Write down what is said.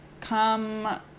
come